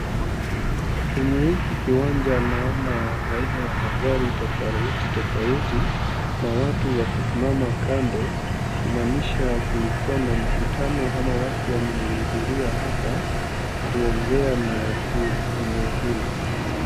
Kwenye hiki kiwanja naona aina ya magari tofauti tofauti na watu wakisimama kando kumanisha kulikuwa na mkutano ama watu wamehudhuria hapa kuongea na wakuu eneo hili.